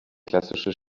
klassische